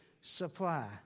supply